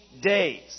days